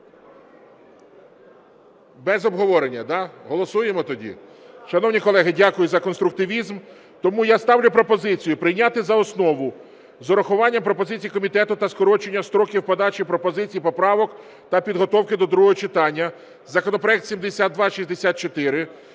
Без обговорення, да? Голосуємо тоді. Шановні колеги, дякую за конструктивізм. Тому я ставлю пропозицію прийняти за основу з урахуванням пропозицій комітету та скорочення строків подачі пропозицій, поправок та підготовки до другого читання законопроект 7264.